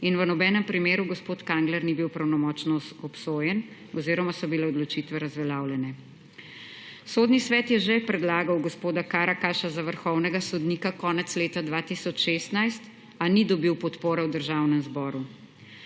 in v nobenem primeru gospod Kangler ni bil pravnomočno obsojen oziroma so bile odločitve razveljavljene. Sodni svet je že predlagal gospoda Karakaša za vrhovnega sodnika konec leta 2016, a ni dobil podpore v Državnem zboru.